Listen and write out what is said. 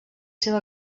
seu